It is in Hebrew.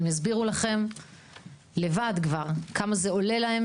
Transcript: הם יסבירו לכם לבד כבר כמה זה עולה להם